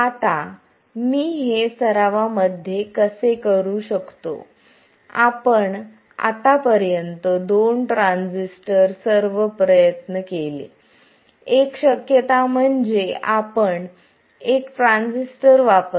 आता मी हे सरावा मध्ये कसे करू शकतो आपण आतापर्यंत दोन ट्रान्झिस्टर सर्व प्रयत्न केले एक शक्यता म्हणजे आपण एक ट्रान्झिस्टर वापरणे